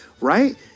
right